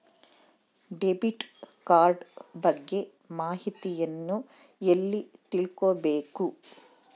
Debit card ಬಗ್ಗೆ ಮಾಹಿತಿಯನ್ನ ಎಲ್ಲಿ ತಿಳ್ಕೊಬೇಕು?